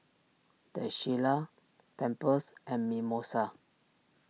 the Shilla Pampers and Mimosa